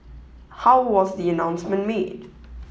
how was the announcement made